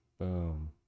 Boom